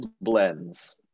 blends